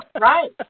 right